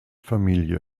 familie